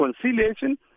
conciliation